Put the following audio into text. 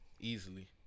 easily